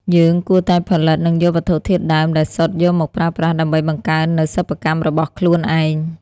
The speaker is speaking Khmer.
យើងគួរតែផលិតនិងយកវត្ថុធាតុដើមដែលសុទ្ធយកមកប្រើប្រាស់ដើម្បីបង្កើននូវសិប្បកម្មរបស់ខ្លួនឯង។